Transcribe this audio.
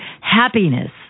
happiness